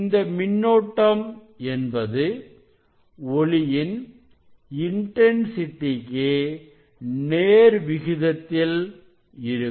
இந்த மின்னோட்டம் என்பது ஒளியின் இன்டன்சிட்டிக்கு நேர்விகிதத்தில் இருக்கும்